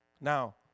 Now